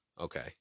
Okay